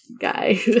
guy